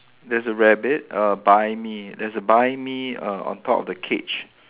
there's a rabbit err buy me there's a buy me err on top of the cage